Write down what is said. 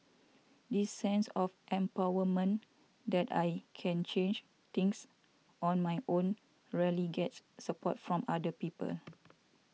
this sense of empowerment that I can change things on my own rarely gets support from other people